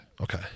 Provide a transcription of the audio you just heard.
Okay